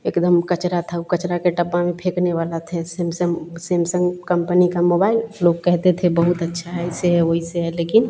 एकदम कचरा था ऊ कचरे के डब्बे में फेंकने वाला था यह सेमसंग सेमसेम कम्पनी का मोबाइल लोग कहते थे बहुत अच्छा है ऐसे है वैसे है लेकिन